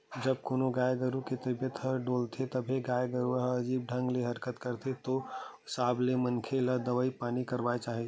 जब कोनो गाय गरु के तबीयत ह डोलथे तभे गाय गरुवा ह अजीब ढंग ले हरकत करथे ओ हिसाब ले मनखे मन ल दवई पानी करवाना चाही